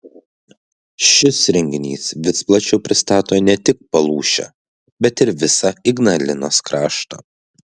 šis renginys vis plačiau pristato ne tik palūšę bet ir visą ignalinos kraštą